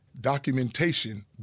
Documentation